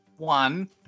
One